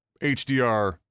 HDR